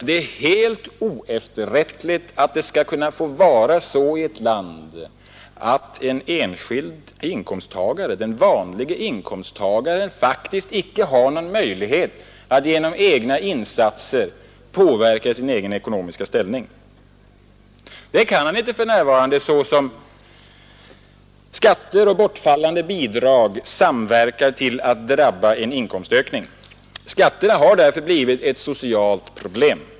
Det är helt oefterrättligt att det skall få vara så i ett land att den vanliga inkomsttagaren faktiskt icke har någon möjlighet att genom egna insatser påverka sin ekonomiska ställning. Det kan han inte för närvarande, så som skatter och bortfallande bidrag samverkar till att drabba en inkomstökning. Skatterna har därför blivit ett socialt problem.